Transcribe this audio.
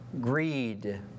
greed